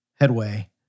headway